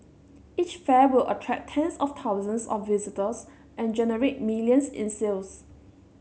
each fair would attract tens of thousands of visitors and generate millions in sales